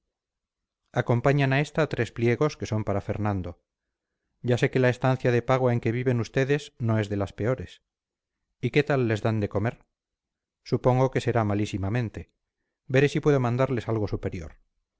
acompañan a esta tres pliegos que son para fernando ya sé que la estancia de pago en que viven ustedes no es de las peores y qué tal les dan de comer supongo que será malísimamente veré si puedo mandarles algo superior